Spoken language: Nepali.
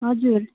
हजुर